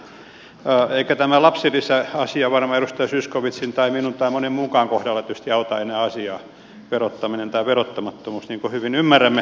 tämä lapsilisäasia ei varmaan edustaja zyskowiczin tai minun tai monen muunkaan kohdalla tietysti auta enää asiaa verottaminen tai verottamattomuus niin kuin hyvin ymmärrämme